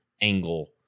angle